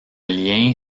lien